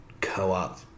co-op